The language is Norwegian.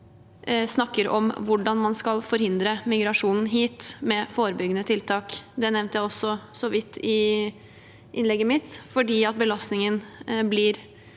land om hvordan man skal forhindre migrasjon hit med forebyggende tiltak – jeg nevnte det så vidt i innlegget mitt – fordi belastningen blir